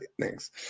Thanks